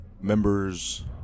members